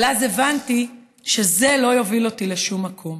אבל אז הבנתי שזה לא יוביל אותי לשום מקום.